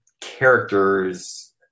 characters